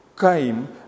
came